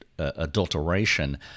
adulteration